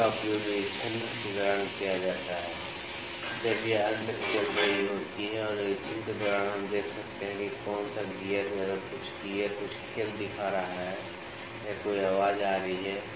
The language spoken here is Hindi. इसका उपयोग निरीक्षण के दौरान किया जाता है जब यंत्र चल रही होती हैं और निरीक्षण के दौरान हम देख सकते हैं कि कौन सा गियर अगर कुछ गियर कुछ खेल दिखा रहा है या कोई आवाज आ रही है